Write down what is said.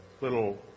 little